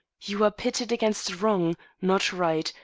you are pitted against wrong, not right,